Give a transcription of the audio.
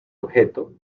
objeto